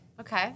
Okay